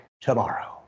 tomorrow